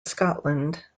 scotland